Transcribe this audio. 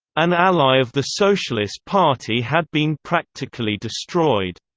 an ally of the socialist party had been practically destroyed.